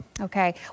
Okay